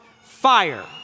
fire